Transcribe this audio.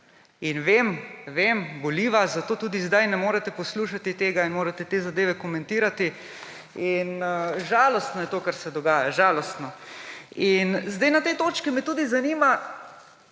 In vem, vem, boli vas, zato tudi zdaj ne morete poslušati tega in morate te zadeve komentirati in žalostno je to, kar se dogaja. Žalostno. Na tej točki me tudi zanima,